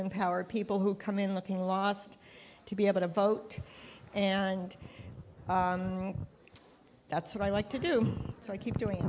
empower people who come in looking lost to be able to vote and that's what i like to do so i keep doing